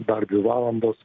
dar dvi valandos